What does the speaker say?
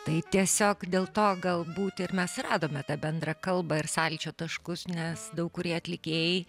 tai tiesiog dėl to galbūt ir mes radome tą bendrą kalbą ir sąlyčio taškus nes daug kurie atlikėjai